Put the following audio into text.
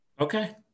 Okay